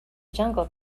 jungle